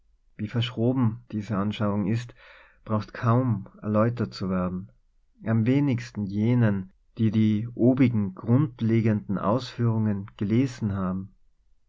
wie ver schroben diese anschauung ist braucht kaum er läutert zu werden am wenigsten jenen die die obigen grundlegenden ausführungen gelesen haben